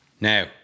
Now